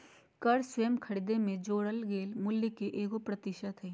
कर स्वयं खरीद में जोड़ल गेल मूल्य के एगो प्रतिशत हइ